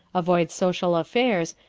avoids social affairs,